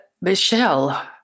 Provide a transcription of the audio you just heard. Michelle